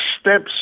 steps